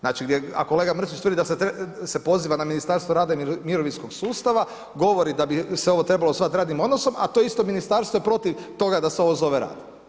Znači, a kolega Mrsić tvrdi da se poziva na Ministarstvo rada i mirovinskog sustava, govori da bi se ovo trebalo zvati radnim odnosom, a to isto Ministarstvo je protiv toga da se ovo zove rad.